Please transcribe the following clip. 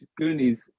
Goonies